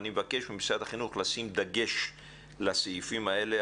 אני מבקש ממשרד החינוך לשים דגש על הסעיפים האלה.